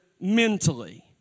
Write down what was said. mentally